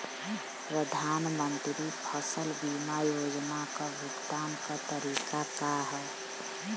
प्रधानमंत्री फसल बीमा योजना क भुगतान क तरीकाका ह?